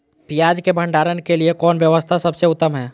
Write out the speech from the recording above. पियाज़ के भंडारण के लिए कौन व्यवस्था सबसे उत्तम है?